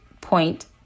point